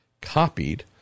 copied